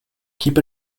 keep